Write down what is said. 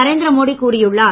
நரேந்திரமோடி கூறியுள்ளார்